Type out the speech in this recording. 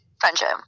Friendship